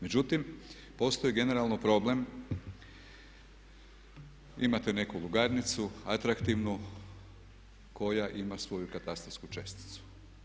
Međutim, postoji generalno problem, imate neku lugarnicu, atraktivnu koja ima svoju katastarsku česticu.